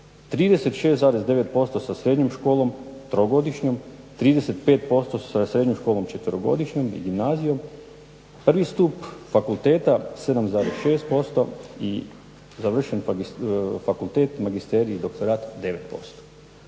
36,9% sa srednjom školom trogodišnjom, 35% sa srednjom školom četverogodišnjom i gimnazijom, prvi stup fakulteta 7,6% završen fakultet, magisterij, doktorat 9%.